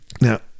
Now